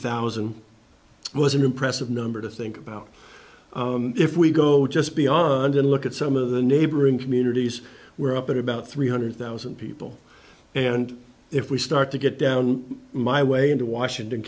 thousand was an impressive number to think about if we go just beyond and look at some of the neighboring communities were up at about three hundred thousand people and if we start to get down my way into washington